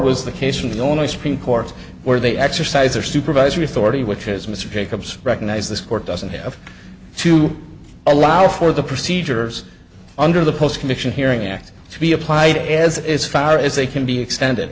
was the case in the only supreme court where they exercise or supervisory authority which as mr jacobs recognized this court doesn't have to allow for the procedures under the postcondition hearing act to be applied as as far as they can be extended